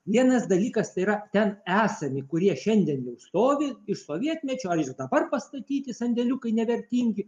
vienas dalykas tai yra ten esami kurie šiandien jau stovi iš sovietmečio ar dabar pastatyti sandėliukai nevertingi